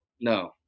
No